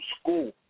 school